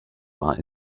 war